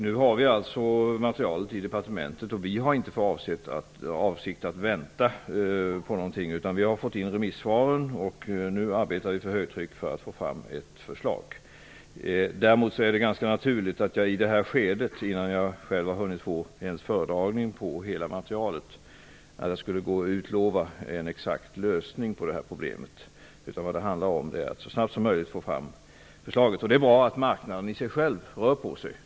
Nu har vi alltså materialet i departementet, och vi har inte för avsikt att vänta på någonting. Vi har fått in remissvaren, och nu arbetar vi för högtryck för att få fram ett förslag. Däremot är det ganska naturligt att jag inte i det här skedet, innan jag själv ens har hunnit få föredragningen av hela materialet, skulle kunna utlova en exakt lösning på problemet. Det handlar om att så snabbt som möjligt få fram förslaget. Jag vill gärna ha sagt att det är bra att marknaden rör på sig.